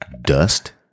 Dust